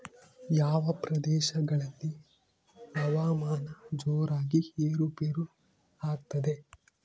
ಯಾವ ಪ್ರದೇಶಗಳಲ್ಲಿ ಹವಾಮಾನ ಜೋರಾಗಿ ಏರು ಪೇರು ಆಗ್ತದೆ?